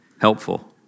Helpful